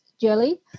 jelly